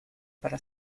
para